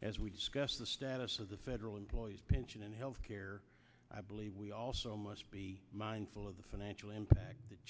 as we discussed the status of the federal employees pension and health care i believe we also must be mindful of the financial impact th